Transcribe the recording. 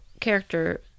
character